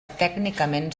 tècnicament